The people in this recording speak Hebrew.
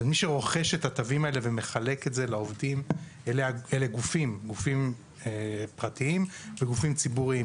מי שרוכש את התווים האלה ומחלק אותם לעובדים הם גופים פרטיים וציבוריים.